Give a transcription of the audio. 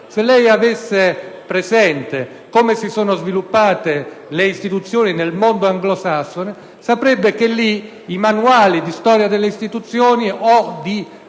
Se lei avesse presente come si sono sviluppate le istituzioni nel mondo anglosassone, saprebbe che lì i manuali di storia delle istituzioni o di